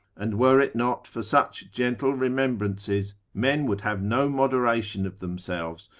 and were it not for such gentle remembrances, men would have no moderation of themselves,